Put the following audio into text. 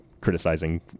criticizing